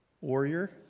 Warrior